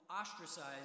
ostracized